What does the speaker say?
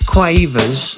Quavers